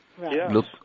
Look